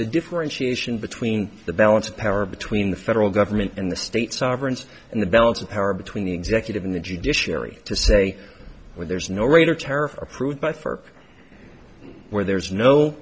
the differentiation between the balance of power between the federal government and the state sovereigns and the balance of power between the executive and the judiciary to say where there's no right or tariff approved by for where there's no